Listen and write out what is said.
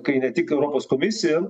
kai ne tik europos komisija